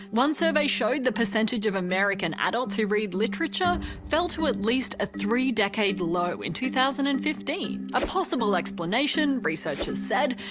one survey showed the percentage of american adults who read literature fell to at least a three-decade low in two thousand and fifteen. a possible explanation, researchers said,